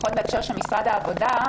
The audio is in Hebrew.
לפחות בהקשר של משרד העבודה,